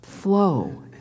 Flow